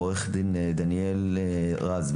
עו"ד דניאל רז,